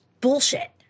bullshit